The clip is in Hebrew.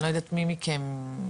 אני לא יודעת מי מכם ירחיב,